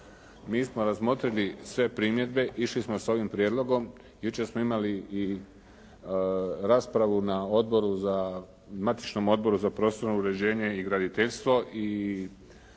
Mi smo razmotrili sve primjedbe, išli smo sa ovim prijedlogom, jučer smo imali i raspravu na Odboru za, matičnom Odboru za prostorno uređenje i graditeljstvo